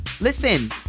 Listen